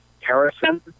Harrison